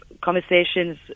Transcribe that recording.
conversations